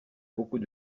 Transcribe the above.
beaucoup